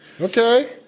Okay